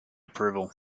approval